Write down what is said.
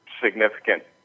significant